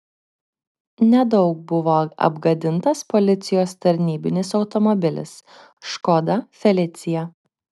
nedaug buvo apgadintas policijos tarnybinis automobilis škoda felicia